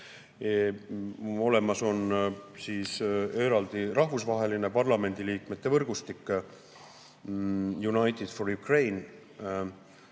Olemas on eraldi rahvusvaheline parlamendiliikmete võrgustik United for Ukraine,